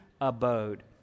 abode